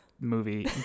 movie